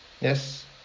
yes